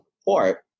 report